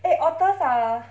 eh otters are